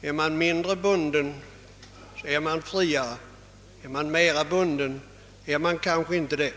är man mindre bunden är man friare, och är man mer bunden är man inte så fri.